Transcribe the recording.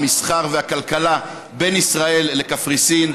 המסחר והכלכלה בין ישראל לקפריסין.